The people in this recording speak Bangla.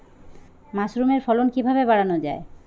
মাসরুমের ফলন কিভাবে বাড়ানো যায়?